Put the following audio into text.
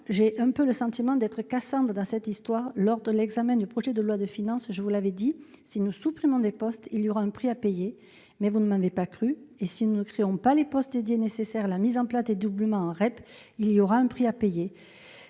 j'ai un peu le sentiment d'être Cassandre dans cette histoire. Lors de l'examen du projet de loi de finances, j'avais indiqué que, si nous supprimions des postes, il y aurait un prix à payer- mais vous ne m'avez pas crue -et que si nous ne créions pas les postes dédiés nécessaires à la mise en place du doublement en REP, il y aurait, là aussi,